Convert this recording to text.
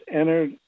entered